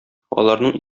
аларның